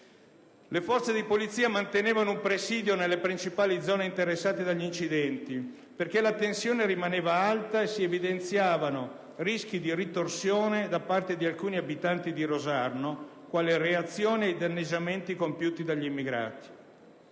Le forze di polizia mantenevano un presidio nelle principali zone interessate dagli incidenti perché la tensione rimaneva alta e si evidenziavano rischi di ritorsione da parte di alcuni abitanti di Rosarno quale reazione ai danneggiamenti compiuti dagli immigrati.